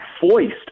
foist